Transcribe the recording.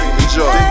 enjoy